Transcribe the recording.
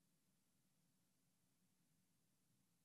מזל,